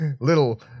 Little